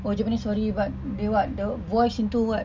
oh japanese story but they what they voice into what